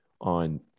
on